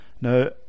Now